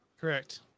correct